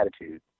attitude